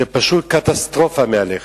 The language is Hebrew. זו פשוט קטסטרופה מהלכת.